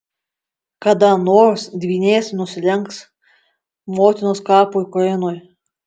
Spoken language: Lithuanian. kada nors dvynės nusilenks motinos kapui ukrainoje